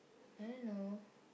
I don't know